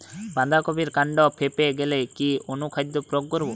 বাঁধা কপির কান্ড ফেঁপে গেলে কি অনুখাদ্য প্রয়োগ করব?